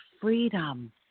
freedom